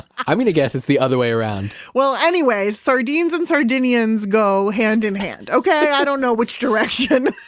i'm gonna guess it's the other way around well, anyways, sardines and sardinians go hand in hand. okay, i don't know which direction.